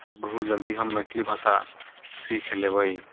बहुत जल्दी हम मैथिली भाषा सीख लेबै